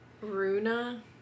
Runa